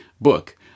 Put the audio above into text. book